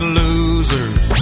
losers